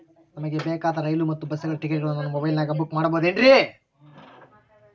ನಮಗೆ ಬೇಕಾದ ರೈಲು ಮತ್ತ ಬಸ್ಸುಗಳ ಟಿಕೆಟುಗಳನ್ನ ನಾನು ಮೊಬೈಲಿನಾಗ ಬುಕ್ ಮಾಡಬಹುದೇನ್ರಿ?